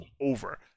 over